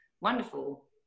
wonderful